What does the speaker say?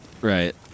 right